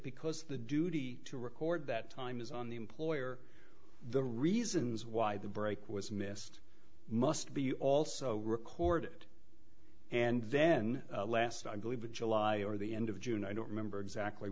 because the duty to record that time is on the employer the reasons why the break was missed must be also recorded and then last i believe july or the end of june i don't remember exactly